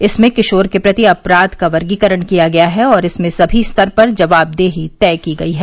इसमें किशोर के प्रति अपराध का वर्गीकरण किया गया है और इसमें सभी स्तर पर जवाबदेही तय की गयी है